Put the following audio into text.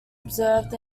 observed